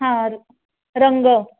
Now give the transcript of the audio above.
हां र रंग